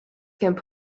gonna